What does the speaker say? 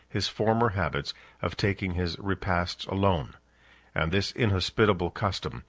his former habits of taking his repasts alone and this inhospitable custom,